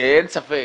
אין ספק